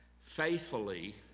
Faithfully